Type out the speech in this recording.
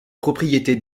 propriétés